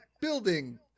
building